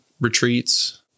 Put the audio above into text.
retreats